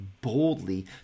boldly